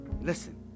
listen